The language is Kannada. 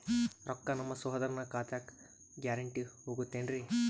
ರೊಕ್ಕ ನಮ್ಮಸಹೋದರನ ಖಾತಕ್ಕ ಗ್ಯಾರಂಟಿ ಹೊಗುತೇನ್ರಿ?